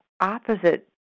opposite